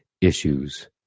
issues